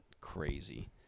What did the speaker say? crazy